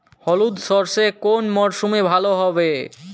হলুদ সর্ষে কোন মরশুমে ভালো হবে?